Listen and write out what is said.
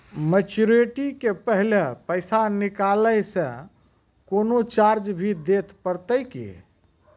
Maturity के पहले पैसा निकालै से कोनो चार्ज भी देत परतै की?